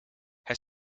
hij